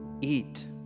eat